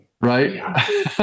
Right